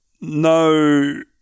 no